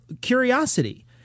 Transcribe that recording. Curiosity